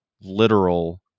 literal